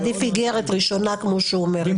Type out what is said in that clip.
ועדיף איגרת ראשונה כמו שהוא אומר,